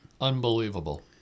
Unbelievable